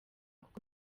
kuko